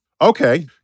Okay